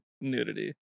nudity